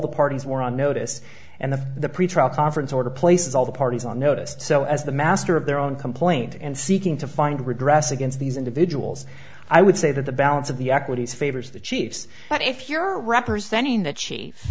the parties were on notice and the the pretrial conference order places all the parties on noticed so as the master of their own complaint and seeking to find redress against these individuals i would say that the balance of the equities favors the yes but if you're representing the ch